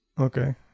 Okay